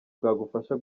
bwagufasha